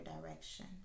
direction